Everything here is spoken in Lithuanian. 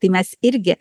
tai mes irgi